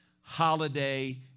holiday